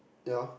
yeah